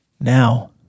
Now